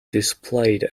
displayed